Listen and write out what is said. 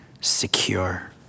secure